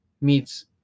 meets